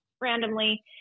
randomly